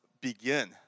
begin